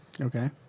Okay